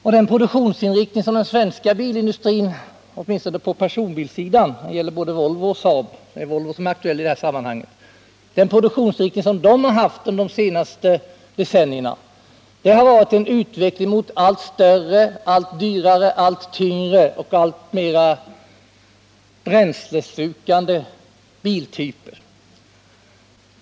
För den svenska bilindustrin, både Volvo och Saab — och det är Volvo som är aktuellt i det här sammanhanget — har produktionsinriktningen under de senaste decennierna gällt en utveckling mot allt större, dyrare, tyngre och alltmer bränsleslukande biltyper.